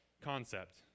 concept